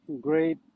great